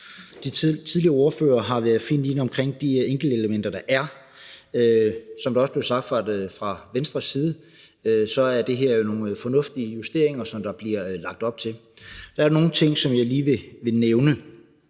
Ordførerne før mig har været fint inde omkring de enkeltelementer, der er, og som det også blev sagt fra Venstres side, er det jo nogle fornuftige justeringer, der bliver lagt op til her. Der er nogle ting, som jeg lige vil nævne.